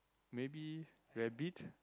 maybe rabbit